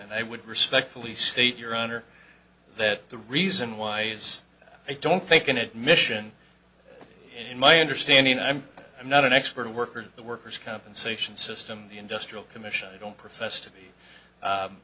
and i would respectfully state your honor that the reason why is i don't think an admission in my understanding i'm not an expert worker the workers compensation system the industrial commission i don't profess to be